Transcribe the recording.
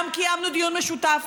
גם קיימנו דיון משותף.